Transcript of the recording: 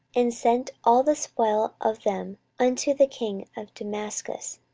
and sent all the spoil of them unto the king of damascus.